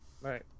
Right